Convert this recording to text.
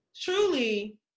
truly